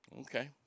Okay